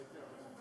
חברי הכנסת,